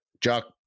jock